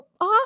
off